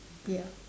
ya